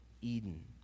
Eden